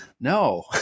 no